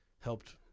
helped